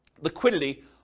liquidity